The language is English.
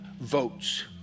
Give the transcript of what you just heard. votes